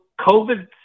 COVID